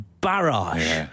barrage